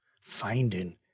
finding